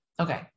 Okay